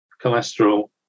cholesterol